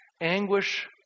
Anguish